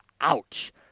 Ouch